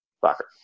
soccer